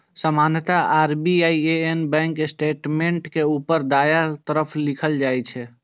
सामान्यतः IBAN bank statement के ऊपर दायां तरफ लिखल रहै छै